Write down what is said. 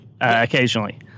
occasionally